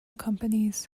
companies